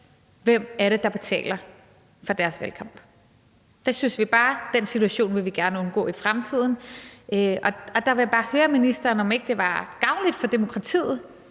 hvem det er, der betaler for partiets valgkamp. Vi synes bare, at vi gerne vil undgå den situation i fremtiden. Og der vil jeg bare høre ministeren, om ikke det var gavnligt for demokratiet